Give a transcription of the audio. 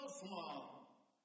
small